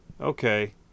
okay